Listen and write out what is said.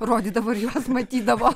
rodydavo ir juos matydavo